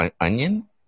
onion